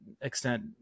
extent